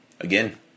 Again